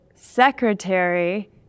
secretary